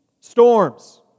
Storms